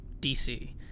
DC